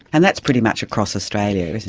and that's pretty much across australia,